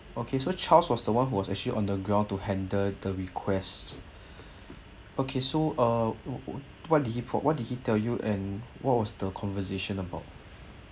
okay so charles was the one who was actually on the ground to handle the request okay so uh what did he what did he tell you and what was the conversation about